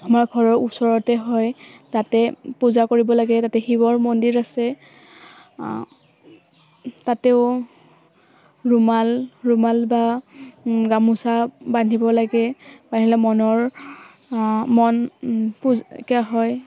আমাৰ ঘৰৰ ওচৰতে হয় তাতে পূজা কৰিব লাগে তাতে শিৱৰ মন্দিৰ আছে তাতেও ৰুমাল ৰুমাল বা গামোচা বান্ধিব লাগে বান্ধিলে মনৰ মন হয়